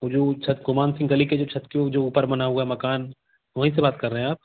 वो जो छत्त गुमान सिंह गली के छत्त के वो जो ऊपर बना हुआ मकान वहीं से बात कर रहें आप